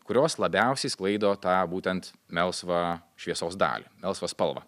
kurios labiausiai sklaido tą būtent melsvą šviesos dalį melsvą spalvą